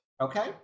Okay